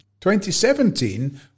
2017